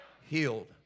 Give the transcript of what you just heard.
healed